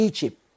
Egypt